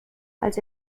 als